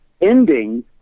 ending